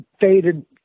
faded